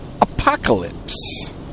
apocalypse